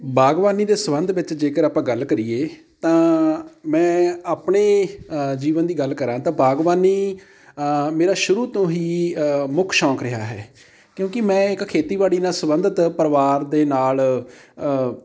ਬਾਗਬਾਨੀ ਦੇ ਸੰਬੰਧ ਵਿੱਚ ਜੇਕਰ ਆਪਾਂ ਗੱਲ ਕਰੀਏ ਤਾਂ ਮੈਂ ਆਪਣੇ ਜੀਵਨ ਦੀ ਗੱਲ ਕਰਾਂ ਤਾਂ ਬਾਗਬਾਨੀ ਮੇਰਾ ਸ਼ੁਰੂ ਤੋਂ ਹੀ ਮੁੱਖ ਸ਼ੌਕ ਰਿਹਾ ਹੈ ਕਿਉਂਕਿ ਮੈਂ ਇੱਕ ਖੇਤੀਬਾੜੀ ਨਾਲ਼ ਸੰਬੰਧਿਤ ਪਰਿਵਾਰ ਦੇ ਨਾਲ਼